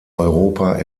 europa